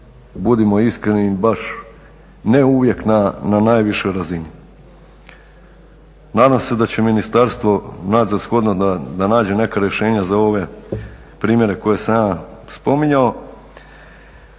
budimo iskreni baš ne uvijek na najvišoj razini. Nadam se da će ministarstvo naći za shodno da nađe neka rješenja za ove primjere koje sam ja spominjao.